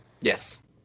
Yes